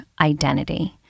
identity